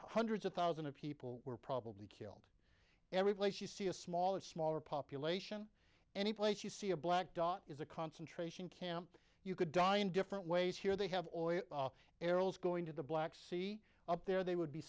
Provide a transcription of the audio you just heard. hundreds of thousands of people were probably kill every place you see a small or smaller population any place you see a black dot is a concentration camp you could die in different ways here they have oil errol's going to the black sea up there they would be